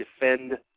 defend